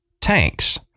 tanks